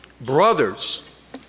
Brothers